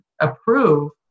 approve